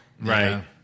Right